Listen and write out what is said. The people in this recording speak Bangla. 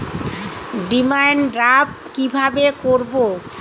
ডিমান ড্রাফ্ট কীভাবে করব?